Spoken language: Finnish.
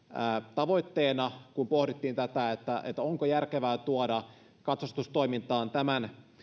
tavoitteena kun pohdittiin tätä onko järkevää tuoda katsastustoimintaan tämän